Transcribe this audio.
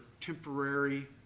temporary